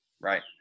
right